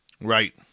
Right